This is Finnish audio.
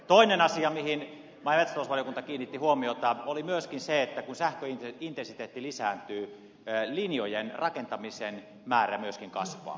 toinen asia mihin maa ja metsätalousvaliokunta kiinnitti huomiota oli myöskin se että kun sähköintensiteetti lisääntyy linjojen rakentamisen määrä myöskin kasvaa